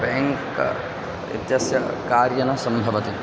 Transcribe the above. bank इत्यस्य कार्यं न सम्भवति